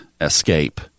escape